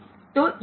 તેથી જો 1